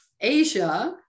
Asia